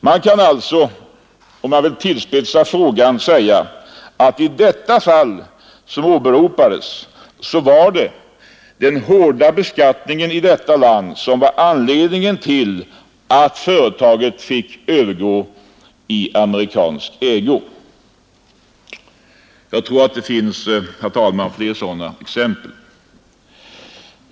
Man kan alltså, om man vill tillspetsa frågan, säga att i det fall som åberopades var det den hårda beskattningen i detta land som var anledningen till att företaget fick övergå i amerikansk ägo. Jag tror, herr talman, att det finns fler sådana exempel.